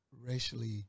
racially